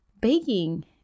baking